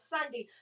Sunday